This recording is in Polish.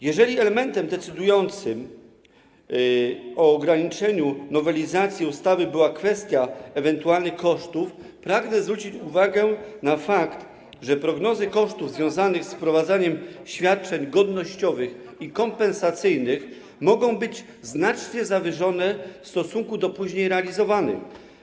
Jeżeli elementem decydującym o ograniczeniu nowelizacji ustawy była kwestia ewentualnych kosztów, pragnę zwrócić uwagę na fakt, że prognozy kosztów związanych z wprowadzaniem świadczeń godnościowych i kompensacyjnych mogą być znacznie zawyżone w stosunku do później zrealizowanych.